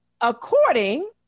according